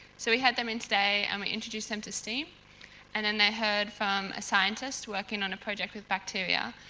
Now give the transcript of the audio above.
so, we had them in today and we introduced them to steam and then they heard from a scientist working on a project with bacteria.